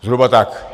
Zhruba tak.